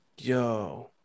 Yo